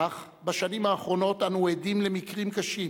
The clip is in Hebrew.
כך בשנים האחרונות אנו עדים למקרים קשים